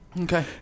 Okay